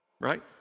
right